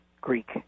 Greek